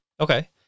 Okay